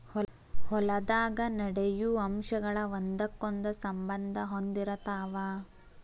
ಹೊಲದಾಗ ನಡೆಯು ಅಂಶಗಳ ಒಂದಕ್ಕೊಂದ ಸಂಬಂದಾ ಹೊಂದಿರತಾವ